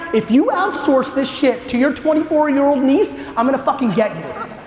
if you outsource this shit to your twenty four year old niece, i'm gonna fucking get you.